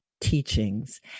Teachings